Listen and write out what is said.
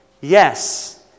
Yes